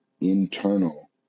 internal